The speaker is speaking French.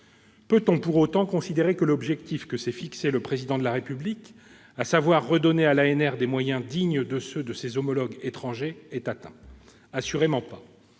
Peut-on pour autant considérer que l'objectif que s'est fixé le Président de la République, à savoir redonner à l'ANR des moyens dignes de ceux de ses homologues étrangers, est atteint ? Assurément pas